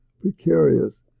Precarious